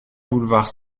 boulevard